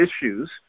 issues